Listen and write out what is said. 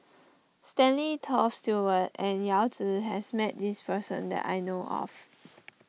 Stanley Toft Stewart and Yao Zi has met this person that I know of